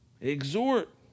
Exhort